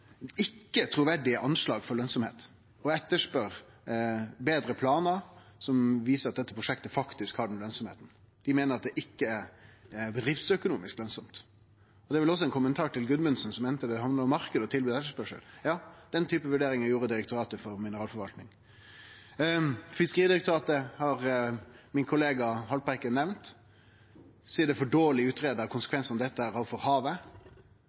ikkje truverdige berekningar for lønsemd og etterspør betre planar som viser at dette prosjektet faktisk har den lønsemda. Dei meiner at det ikkje er bedriftsøkonomisk lønsamt. Det er vel også ein kommentar til representanten Gudmundsen, som meinte at dette handlar om marknad og tilbod og etterspørsel. Ja, den typen vurderingar gjorde Direktoratet for mineralforvaltning. Min kollega, Lars Haltbrekken, har nemnt Fiskeridirektoratet. Dei seier at konsekvensane som dette har for havet, er for dårleg